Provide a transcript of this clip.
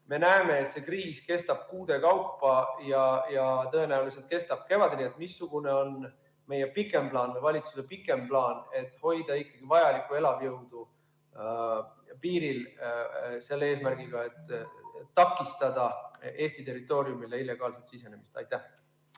Me näeme, et see kriis kestab kuude kaupa, tõenäoliselt kevadeni. Missugune on meie pikem plaan, valitsuse pikem plaan, et hoida ikkagi vajalikku elavjõudu piiril eesmärgiga takistada Eesti territooriumile illegaalset sisenemist? Kaja